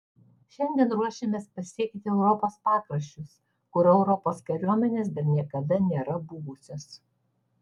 šiandien ruošėmės pasiekti europos pakraščius kur europos kariuomenės dar niekada nėra buvusios